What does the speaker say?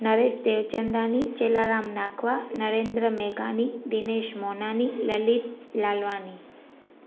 नरेश टेकचंदानी चेलाराम नाकवा नरेन्द्र मेघानी दिनेश मोनानी ललित लालवानी